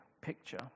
picture